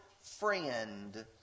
friend